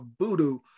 Voodoo